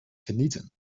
genieten